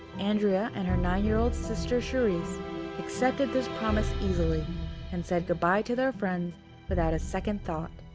andrea and her nine year old sister charisse accepted this promise easily and said good-bye to their friends without a second thought.